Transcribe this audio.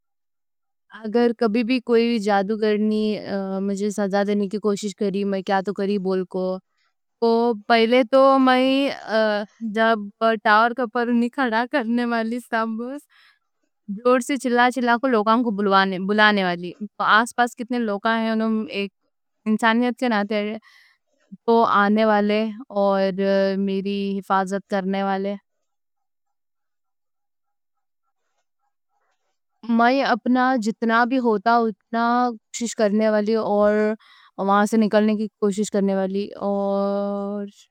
اگر کبھی بھی کوئی جادو کرنی مجھے سزا دینے کی۔ کوشش کری، میں کیا تو کری بول کو پہلے تو میں۔ جب ٹاور کے۔ پر اُنہیں کھڑا کرنے والی ستھامبوس زور سے چلا۔ چلا چلا کو لوگاں کو بلانے والی۔ آس پاس کتنے لوگ ہیں۔ لوگاں ہیں اُنوں انسانیت کے ناتے اور وہ آنے۔ والے اور میری حفاظت کرنے والے میں اپنا جتنا۔ بھی ہوتا اتنا کوشش کرنے والی اور وہاں سے۔ نکلنے کی کوشش کرنے والی۔ اور۔